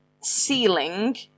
ceiling